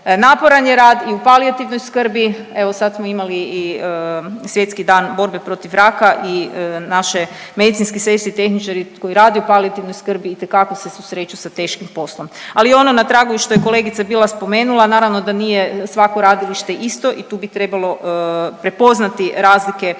Naporan je rad i u palijativnoj skrbi, evo sad smo imali i Svjetski dan borbe protiv raka i naše medicinske sestre i tehničari koji rade u palijativnoj skrbi itekako se susreću sa teškim poslom, ali ono na tragu i što je kolegica bila spomenula naravno da nije svako radilište isto i tu bi trebalo prepoznati razlike u